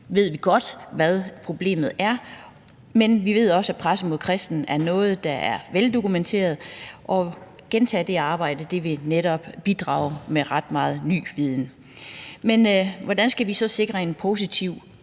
ved vi godt, hvad problemet er, men vi ved også, at presset mod kristne er noget, der er veldokumenteret, og at gentage det arbejde vil næppe bidrage med ret meget ny viden. Men hvordan skal vi så sikre en positiv